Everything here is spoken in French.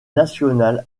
national